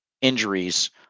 injuries